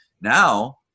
Now